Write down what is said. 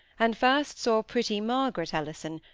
and first saw pretty margaret ellison,